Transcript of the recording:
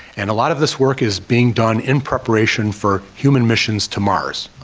and a lot of this work is being done in preparation for human missions to mars.